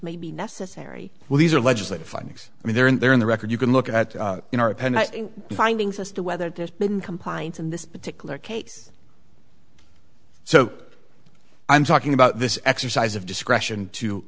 may be necessary well these are legislative findings and they're in there in the record you can look at in our findings as to whether there's been compliance in this particular case so i'm talking about this exercise of discretion to